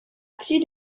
plus